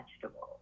vegetables